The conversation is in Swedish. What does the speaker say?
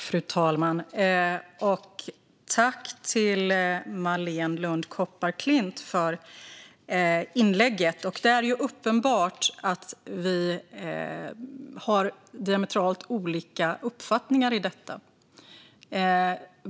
Fru talman! Tack, Marléne Lund Kopparklint, för inlägget! Det är uppenbart att vi har diametralt olika uppfattningar i detta.